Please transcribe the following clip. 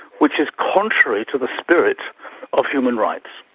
which is contrary to the spirit of human rights.